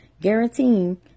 guaranteeing